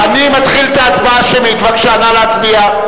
אני מתחיל את ההצבעה השמית, בבקשה, נא להצביע.